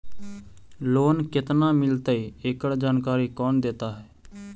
Loan केत्ना मिलतई एकड़ जानकारी कौन देता है?